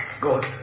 Good